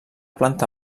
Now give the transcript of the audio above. planta